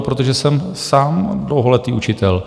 Protože jsem sám dlouholetý učitel.